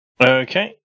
Okay